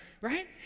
right